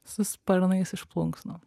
su sparnais iš plunksnų